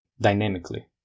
dynamically